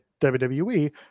wwe